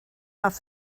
off